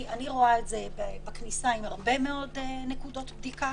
אני רואה את זה בכניסה עם הרבה מאוד נקודות בדיקה,